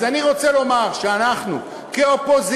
אני רוצה לומר שאנחנו כאופוזיציה,